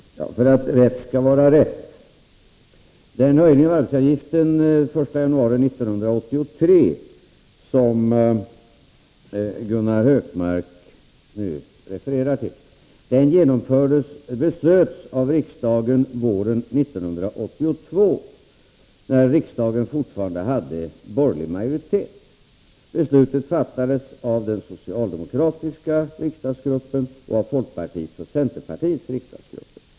Fru talman! För det första: Rätt skall vara rätt — den höjning av arbetsgivaravgiften den 1 januari 1983 som Gunnar Hökmark nu refererar till beslöts av riksdagen våren 1982, då riksdagen fortfarande hade borgerlig majoritet. Beslutet fattades av den socialdemokratiska riksdagsgruppen och av folkpartiets och centerpartiets riksdagsgrupper.